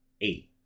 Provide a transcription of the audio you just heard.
eight